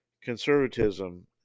conservatism